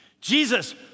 Jesus